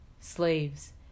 slaves